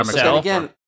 Again